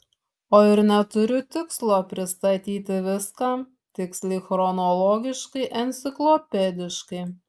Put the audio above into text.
o ir neturiu tikslo pristatyti viską tiksliai chronologiškai enciklopediškai